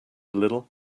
little